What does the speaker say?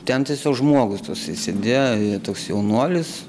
ten tiesiog žmogus toksai sėdėjo toks jaunuolis